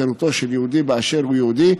ובחירותו של יהודי באשר הוא יהודי,